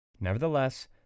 Nevertheless